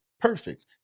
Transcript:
perfect